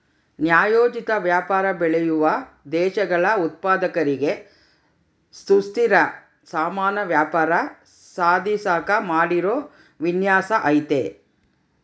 ನ್ಯಾಯೋಚಿತ ವ್ಯಾಪಾರ ಬೆಳೆಯುವ ದೇಶಗಳ ಉತ್ಪಾದಕರಿಗೆ ಸುಸ್ಥಿರ ಸಮಾನ ವ್ಯಾಪಾರ ಸಾಧಿಸಾಕ ಮಾಡಿರೋ ವಿನ್ಯಾಸ ಐತೆ